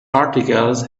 articles